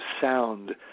sound